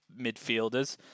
midfielders